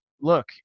look